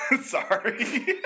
Sorry